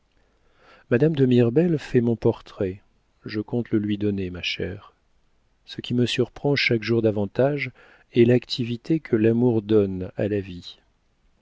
madame de mirbel fait mon portrait je compte le lui donner ma chère ce qui me surprend chaque jour davantage est l'activité que l'amour donne à la vie